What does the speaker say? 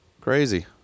Crazy